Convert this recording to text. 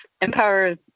empower